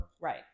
right